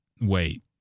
wait